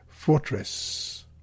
fortress